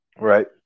Right